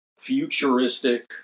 futuristic